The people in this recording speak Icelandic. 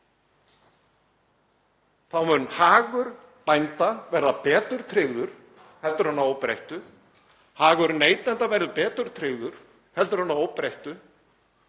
þá muni hagur bænda verða betur tryggður heldur en að óbreyttu, hagur neytenda verða betur tryggður heldur en að óbreyttu